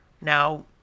Now